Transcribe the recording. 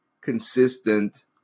consistent